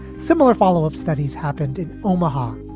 similar follow up studies happened in omaha,